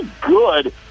good